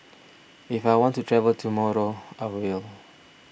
if I want to travel tomorrow I will